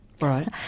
Right